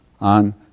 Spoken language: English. on